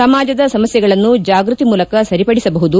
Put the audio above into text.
ಸಮಾಜದ ಸಮಸ್ಯೆಗಳನ್ನು ಜಾಗೃತಿ ಮೂಲಕ ಸರಿಪಡಿಸಬಹುದು